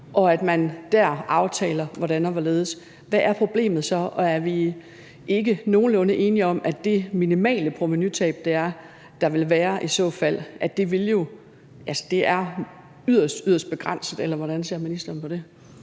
og at man der aftaler hvordan og hvorledes, hvad er problemet så, og er vi ikke nogenlunde enige om, at det minimale provenutab, der i så fald vil være, er yderst, yderst begrænset, eller hvordan ser ministeren på det?